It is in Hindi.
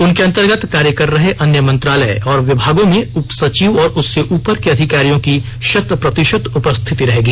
उनके अंतर्गत कार्य कर रहे अन्य मंत्रालय और विभागों में उप सचिव और उससे ऊपर के अधिकारियों की शत प्रतिशत उपस्थिति रहेगी